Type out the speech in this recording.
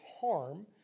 harm